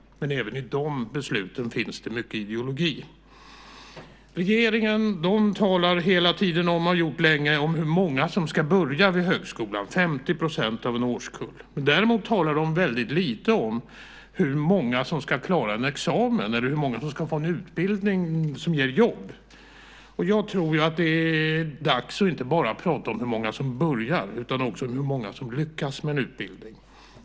Men även i dessa beslut finns det mycket ideologi. Regeringen talar hela tiden om, och har gjort det länge, hur många som ska börja i högskolan - 50 % av en årskull. Däremot talar man väldigt lite om hur många som ska klara en examen, eller hur många som ska få en utbildning som ger jobb. Jag tror att det är dags att inte bara tala om hur många som börjar utan också hur många som lyckas med en utbildning.